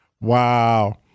wow